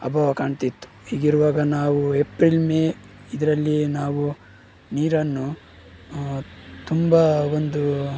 ಅಭಾವ ಕಾಣ್ತಿತ್ತು ಹೀಗಿರುವಾಗ ನಾವು ಏಪ್ರಿಲ್ ಮೇ ಇದರಲ್ಲಿ ನಾವು ನೀರನ್ನು ತುಂಬ ಒಂದು